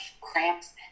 cramps